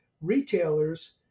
retailers